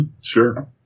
Sure